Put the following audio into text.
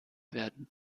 werden